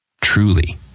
Truly